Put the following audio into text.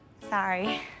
Sorry